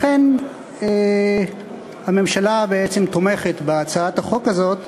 לכן הממשלה בעצם תומכת בהצעת החוק הזאת,